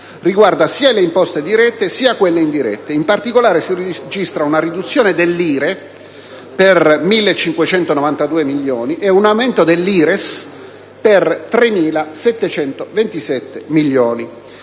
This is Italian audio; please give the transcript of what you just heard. riguarda sia le imposte dirette sia quelle indirette. In particolare si registra una riduzione dell'IRE per 1.592 milioni e un aumento dell'IRES per 3.727 milioni.